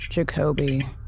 Jacoby